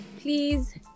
please